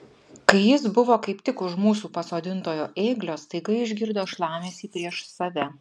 kai jis buvo kaip tik už mūsų pasodintojo ėglio staiga išgirdo šlamesį prieš save